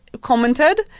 commented